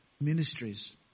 ministries